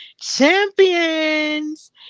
Champions